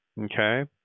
okay